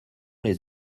les